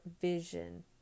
vision